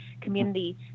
community